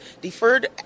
Deferred